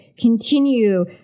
continue